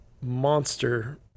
monster